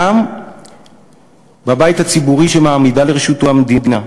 גם בבית הציבורי שמעמידה לרשותו המדינה.